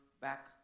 back